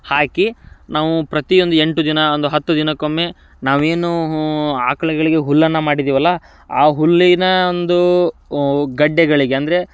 ಹಾಕಿ ನಾವು ಪ್ರತಿಯೊಂದು ಎಂಟು ದಿನ ಒಂದು ಹತ್ತು ದಿನಕ್ಕೊಮ್ಮೆ ನಾವೇನು ಆಕಳುಗಳಿಗೆ ಹುಲ್ಲನ್ನು ಮಾಡಿದ್ದೀವಲ್ಲ ಆ ಹುಲ್ಲಿನ ಒಂದು ಗಡ್ಡೆಗಳಿಗೆ ಅಂದರೆ